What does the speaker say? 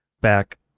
back